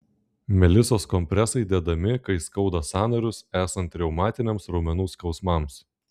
melisos kompresai dedami kai skauda sąnarius esant reumatiniams raumenų skausmams